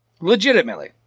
Legitimately